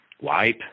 wipe